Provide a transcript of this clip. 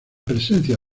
presencia